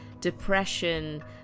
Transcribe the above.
depression